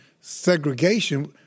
segregation